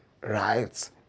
Right